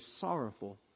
sorrowful